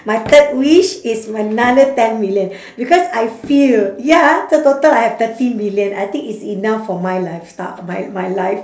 my third wish is another ten million because I feel ya so total I have thirty million I think it's enough for my lifestyle my my life